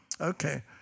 Okay